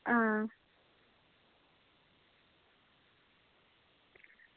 आं